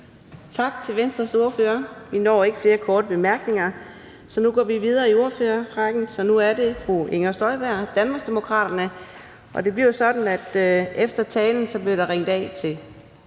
Tak til Venstres ordfører. Vi når ikke flere korte bemærkninger, så vi går videre i ordførerrækken. Nu er det fru Inger Støjberg, Danmarksdemokraterne. Det bliver jo sådan, at efter talen bliver der ringet af til